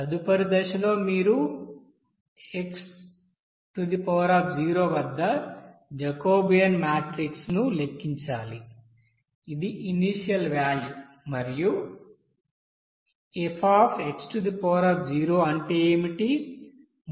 తదుపరి దశలో మీరు x వద్ద జాకోబియన్ మాట్రిక్ ను లెక్కించాలి అది ఇనీషియల్ వ్యాల్యూ మరియు Fx అంటే ఏమిటి